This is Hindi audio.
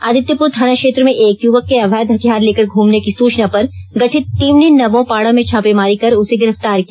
आदित्यपुर थाना क्षेत्र में एक युवक के अवैध हथियार लेकर घूमने की सूचना पर गठित टीम ने नमोपाड़ा में छापेमारी कर उसे गिरफ्तार किया